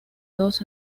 dos